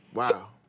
wow